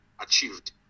achieved